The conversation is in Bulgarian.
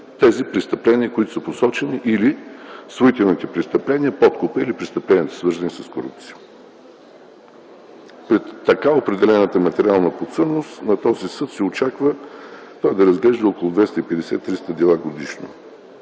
тези престъпления, които са посочени, или съмнителните престъпления - подкуп, или престъпленията, свързани с корупция. Пред така определената материална подсъдност на този съд се очаква той да разглежда около 250-300 дела годишно.